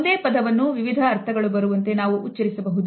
ಒಂದೇ ಪದವನ್ನು ವಿವಿಧ ಅರ್ಥಗಳು ಬರುವಂತೆ ನಾವು ಉಚ್ಚರಿಸಬಹುದು